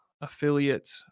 affiliate